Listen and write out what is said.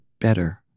better